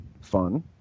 fun